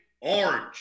orange